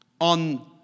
on